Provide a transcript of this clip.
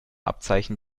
abzeichen